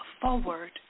forward